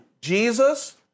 Jesus